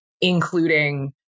including